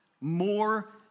more